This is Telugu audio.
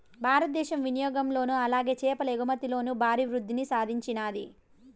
భారతదేశం వినియాగంలోను అలాగే చేపల ఎగుమతిలోను భారీ వృద్దిని సాధించినాది